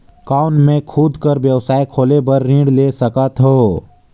कौन मैं खुद कर व्यवसाय खोले बर ऋण ले सकत हो?